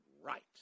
right